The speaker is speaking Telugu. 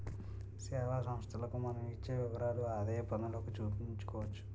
సేవా సంస్థలకు మనం ఇచ్చే విరాళాలు ఆదాయపన్నులోకి చూపించుకోవచ్చు